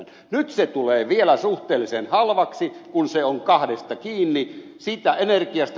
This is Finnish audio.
nyt se tulee vielä suhteellisen halvaksi kun se on kahdesta kiinni